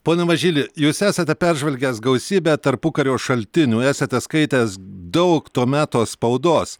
pone mažyli jūs esate peržvelgęs gausybę tarpukario šaltinių esate skaitęs daug to meto spaudos